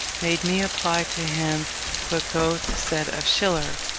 made me apply to him what goethe said of schiller,